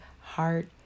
heart